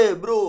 bro